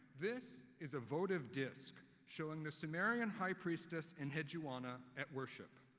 this is a votive disk showing the sumerian high priestess enheduanna at worship.